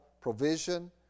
provision